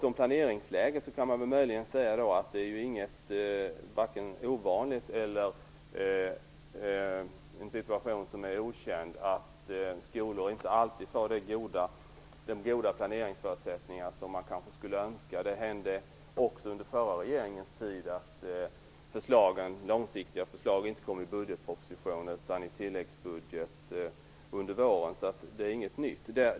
Om planeringsläget kan man väl kort säga att det inte är någon ovanlig eller obekant situation att skolor inte alltid har de goda planeringsförutsättningar som man kanske skulle önska. Det hände också under den förra regeringens tid att långsiktiga förslag inte kom i budgetpropositionen utan i tilläggsbudgeten under våren, så det är inte något nytt.